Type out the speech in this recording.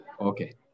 Okay